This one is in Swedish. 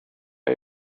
jag